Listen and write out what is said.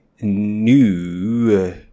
new